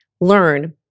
learn